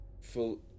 Full